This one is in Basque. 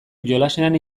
jolasean